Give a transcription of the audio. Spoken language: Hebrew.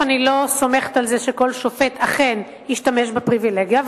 אני לא סומכת על זה שכל שופט אכן ישתמש בפריווילגיה,